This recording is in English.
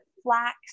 flax